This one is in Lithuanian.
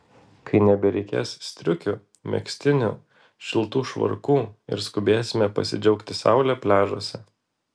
kai nebereikės striukių megztinių šiltų švarkų ir skubėsime pasidžiaugti saule pliažuose